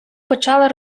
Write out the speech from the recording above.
почала